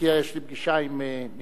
כי יש לי פגישה עם משלחת